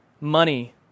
money